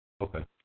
Okay